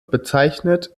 bezeichnet